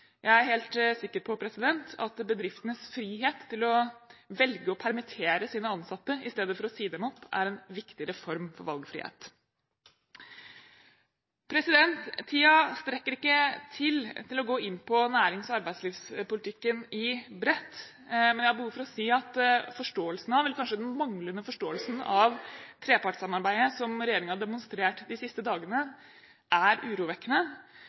Jeg er helt sikker på at bedriftenes frihet til å velge å permittere sine ansatte i stedet for å si dem opp, er en viktig reform for valgfrihet. Tiden strekker ikke til for å gå inn på nærings- og arbeidslivspolitikken bredt. Men jeg har behov for å si at forståelsen av, eller kanskje den manglende forståelsen av, trepartssamarbeidet som regjeringen har demonstrert de siste dagene, er urovekkende.